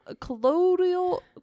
colloidal